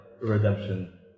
redemption